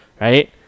right